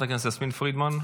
חברת הכנסת יסמין פרידמן,